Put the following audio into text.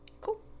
Cool